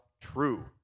true